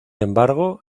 embargo